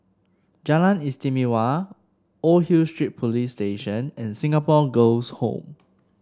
Jalan Istimewa Old Hill Street Police Station and Singapore Girls' Home